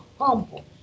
humble